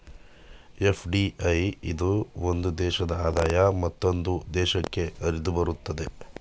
FDI ಇಂದ ಒಂದು ದೇಶದ ಆದಾಯ ಮತ್ತೊಂದು ದೇಶಕ್ಕೆ ಹರಿದುಬರುತ್ತದೆ